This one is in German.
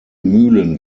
mühlen